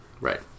Right